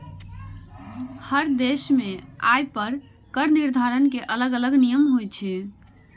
हर देश मे आय पर कर निर्धारण के अलग अलग नियम होइ छै